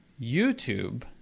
YouTube